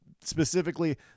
specifically